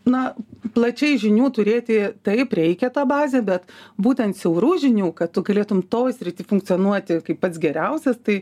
na plačiai žinių turėti taip reikia tą bazę bet būtent siaurų žinių kad tu galėtum toj srity funkcionuoti kaip pats geriausias tai